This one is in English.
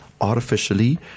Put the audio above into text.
artificially